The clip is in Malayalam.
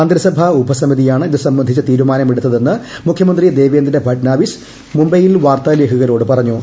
മന്ത്രിസഭ ഉപസമിതിയിട്ടുണ്ട് ഇതുസംബന്ധിച്ച തീരുമാനമെടുത്തതെന്ന് മുഖ്യമന്ത്രി ദേവേന്ദ്ര ഫട്നാവിസ് മുംബൈയിൽ വാർത്താലേഖകരോട് പറഞ്ഞു